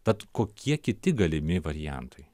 tad kokie kiti galimi variantai